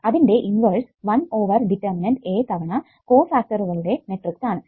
അതിന്റെ inverse 1 over determinant A തവണ കോ ഫാക്ടറുകളുടെ മെട്രിക്സ് ആണ്